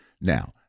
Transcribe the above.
Now